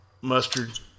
mustard